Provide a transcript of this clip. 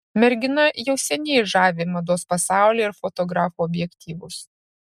mergina jau seniai žavi mados pasaulį ir fotografų objektyvus